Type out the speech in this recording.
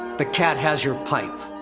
the cat has your pipe.